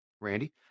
Randy